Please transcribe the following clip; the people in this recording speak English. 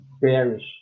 bearish